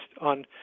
on